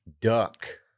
duck